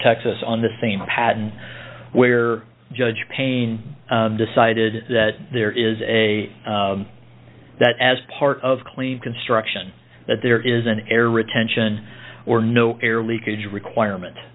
texas on the same pattern where judge payne decided that there is a that as part of clean construction that there is an air retention or no air leakage requirement